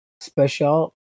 special